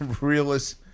realist